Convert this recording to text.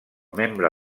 membre